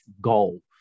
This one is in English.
goal